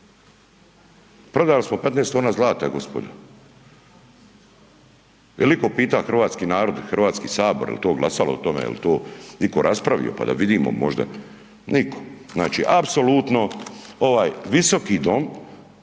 prodali smo 15 tona zlata gospodo, jel iko pita hrvatski narod i HS jel to glasalo o tome, jel to iko raspravio, pa da vidimo možda, niko, znači apsolutno ovaj visoki dom,